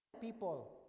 people